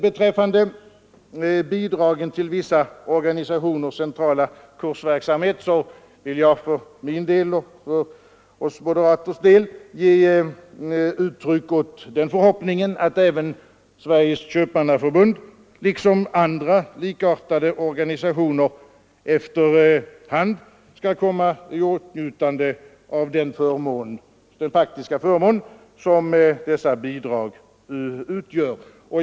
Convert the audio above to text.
Beträffande bidragen till vissa organisationers centrala kursverksamhet vill jag för min och för moderaternas del ge uttryck åt förhoppningen att även Sveriges köpmannaförbund liksom andra likartade organisationer efter hand skall komma i åtnjutande av den faktiska förmån som dessa bidrag utgör.